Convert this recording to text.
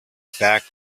fact